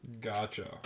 Gotcha